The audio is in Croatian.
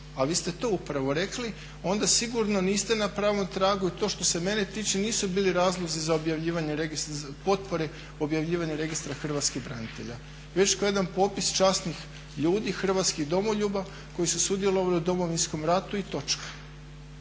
a vi ste to upravo rekli onda sigurno niste na pravom tragu i to što se mene tiče nisu bili razlozi za objavljivanje potpore objavljivanja registra hrvatskih branitelja već kao jedan popis časnih ljudi, hrvatskih domoljuba koji su sudjelovali u Domovinskom ratu i točka.